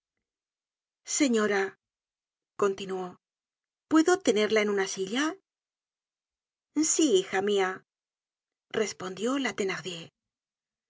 señora continuó puedo ponerla en una silla sí hija mia respondió la